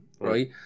right